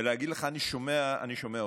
ולהגיד לך: אני שומע אותך,